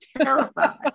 terrified